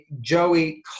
Joey